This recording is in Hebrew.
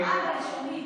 השרה הביישנית.